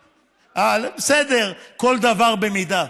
בסדר, כל דבר במידה.